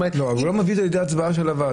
לא, הוא לא מביא את זה לידי הצבעה של הוועדה.